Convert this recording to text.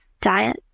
diet